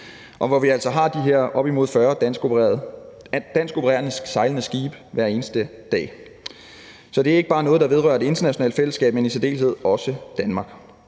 hvor vi altså har de her op imod 40 danskopererede skibe sejlende hver eneste dag. Så det er ikke bare noget, der vedrører det internationale fællesskab, men i særdeleshed også Danmark.